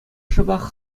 шӑпах